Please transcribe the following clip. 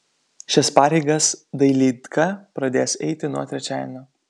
šias pareigas dailydka pradės eiti nuo trečiadienio